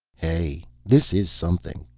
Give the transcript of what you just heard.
hey, this is something,